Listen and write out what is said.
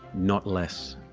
not less.